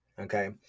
Okay